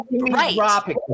Right